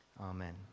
amen